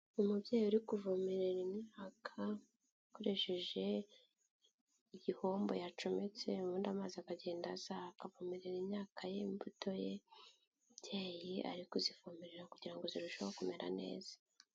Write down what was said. Umubyeyi uri kuvomerera imyaka, akoresheje igihombo yacometse, ubundi amazi akagenda aza akavomerera imyaka ye imbuto ye, umubyeyi ari kuzivomerera kugira ngo zirusheho kumera neza.